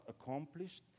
accomplished